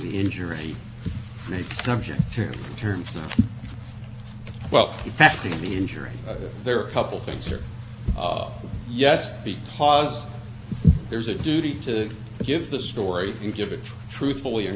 things are yes because there's a duty to give the story and give a try truthfully and correctly and i submit to you when you say we did something nice in ninety eight and applied it in ninety eight and then we did something affective